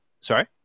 sorry